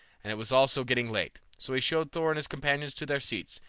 and it was also getting late so he showed thor and his companions to their seats,